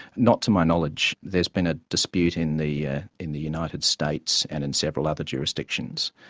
not to my knowledge. there's been a dispute in the ah in the united states and in several other jurisdictions,